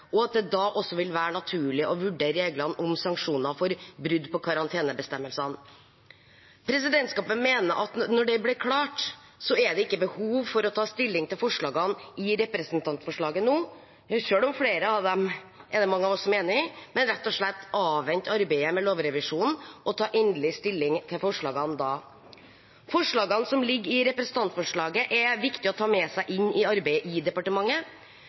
og at det da også vil være naturlig å vurdere reglene om sanksjoner for brudd på karantenebestemmelsene. Presidentskapet mener at siden det ble klart, er det ikke behov for å ta stilling til forslagene i representantforslaget nå – selv om mange av oss er enig i flere av dem – men heller rett og slett avvente arbeidet med lovrevisjonen og ta endelig stilling til forslagene da. Forslagene som ligger i representantforslaget, er viktige å ta med seg i arbeidet i departementet.